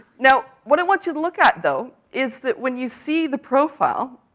now, what i want you to look at though, is that when you see the profile,